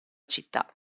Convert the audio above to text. città